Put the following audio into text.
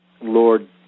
Lord